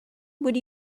would